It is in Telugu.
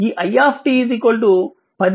ఈ i 102020